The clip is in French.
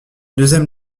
deuxième